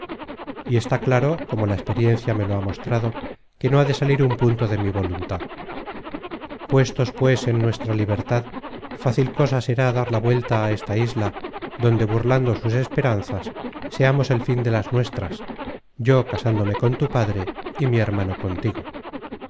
y está claro como la experiencia me lo ha mostrado que no ha de salir un punto de mi voluntad puestos pues en nuestra libertad fácil cosa será dar la vuelta á esta isla donde burlando sus esperanzas veamos el fin de las nuestras yo casándome con tu padre y mi hermano contigo